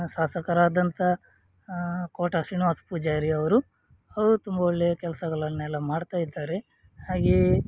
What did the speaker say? ಶಾಸಕರಾದಂಥ ಕೋಟ ಶ್ರೀನಿವಾಸ್ ಪೂಜಾರಿ ಅವರು ಅವರು ತುಂಬ ಒಳ್ಳೆಯ ಕೆಲ್ಸಗಳನ್ನೆಲ್ಲ ಮಾಡ್ತಾ ಇದ್ದಾರೆ ಹಾಗೆಯೇ